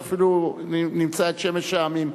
יכול להיות שאפילו נמצא את "שמש העמים".